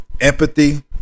empathy